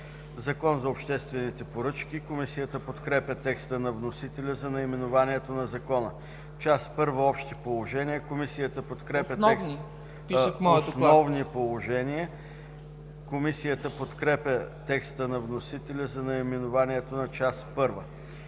„Закон за обществените поръчки”. Комисията подкрепя текста на вносителя за наименованието на Закона. „Част първа – Основни положения”. Комисията подкрепя текста на вносителя за наименованието на Част първа.